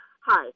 Hi